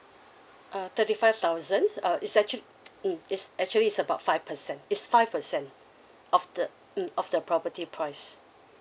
uh thirty five thousand uh is actually mm it's actually is about five percent is five percent of the mm of the property price